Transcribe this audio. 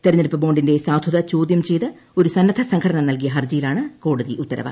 തെരഞ്ഞെടുപ്പ് ബോണ്ടിന്റെ സാധുത ചോദ്യം ചെയ്ത് ഒരു സന്നദ്ധ സംഘടന നൽകിയ ഹർജിയിലാണ് കോടതി ഉത്തരവ്